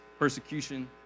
persecution